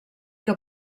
que